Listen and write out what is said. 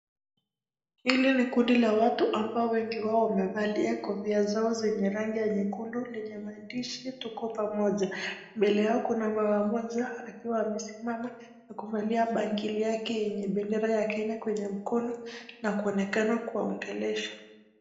Hili ni kundi la watu ambao wingi wao wamevalia kofia zao zenye rangi ya nyekundu lenye maandishi "tuko pamoja". Mbele yao kuna mwanamke mmoja akiwa amesimama na kuvalia bangili yake yenye bendera ya Kenya kwenye mkono na kuonekana kuwaongeleesha.